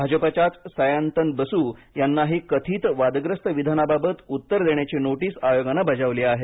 भाजपाच्याच सयान्तन बसु यांनाही कथित वादग्रस्त विधानाबाबत उत्तर देण्याची नोटीस आयोगानं बजावली आहे